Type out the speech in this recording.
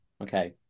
Okay